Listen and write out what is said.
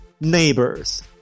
neighbors